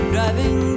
Driving